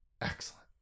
Excellent